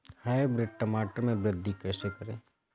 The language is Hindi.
हाइब्रिड टमाटर में वृद्धि कैसे करें?